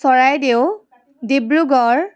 Charaideo Dibrugarh